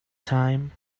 time